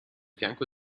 fianco